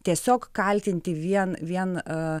tiesiog kaltinti vien vien a